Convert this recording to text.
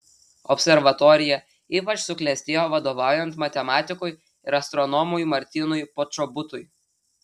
observatorija ypač suklestėjo vadovaujant matematikui ir astronomui martynui počobutui